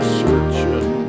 searching